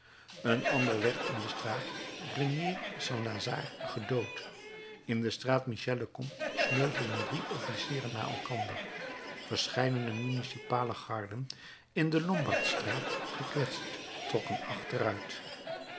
een ander werd in de straat grenier st lazare gedood in de straat michel le comte sneuvelden drie officieren na elkander verscheidene municipale garden in de lombardstraat gekwetst trokken achteruit